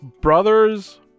brother's